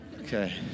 Okay